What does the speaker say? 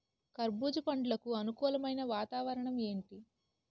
కర్బుజ పండ్లకు అనుకూలమైన వాతావరణం ఏంటి?